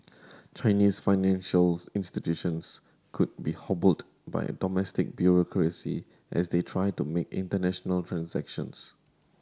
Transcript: Chinese financials institutions could be hobbled by a domestic bureaucracy as they try to make international transactions